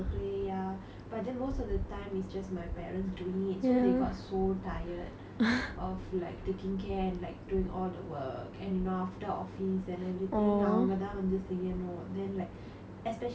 of like taking care and like doing all the work and you know after office and then everything அவங்க தான் வந்து செய்யணும்:avanga thaan vanthu seyyanum then like especially நான்:naan because நான் வந்து:naan vanthu quite young right then நான் என்னாலே அவ்வளவு:naan ennaalae avvalavu help பண்ண முடியலே:panna mudiyalae